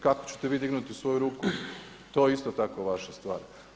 Kako ćete vi dignuti svoju ruku to je isto tako vaša stvar.